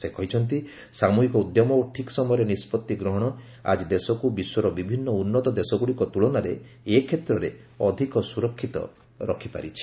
ସେ କହିଛନ୍ତି ସାମୃହିକ ଉଦ୍ୟମ ଓ ଠିକ୍ ସମୟରେ ନିଷ୍କଭି ଗ୍ରହଣ ଆଜି ଦେଶକୁ ବିଶ୍ୱର ବିଭିନ୍ନ ଉନ୍ନତ ଦେଶଗୁଡ଼ିକ ତୁଳନାରେ ଏ କ୍ଷେତ୍ରରେ ଅଧିକ ସୁରକ୍ଷିତ ରଖିପାରିଛି